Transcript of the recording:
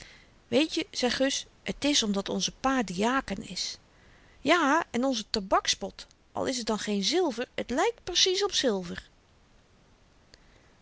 stuivers weetje zei gus t is omdat onze pa diaken is ja en onze tabakspot al is t dan geen zilver t lykt precies op zilver